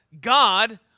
God